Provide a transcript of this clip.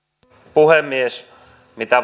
puhemies mitä